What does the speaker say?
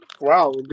wow